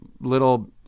little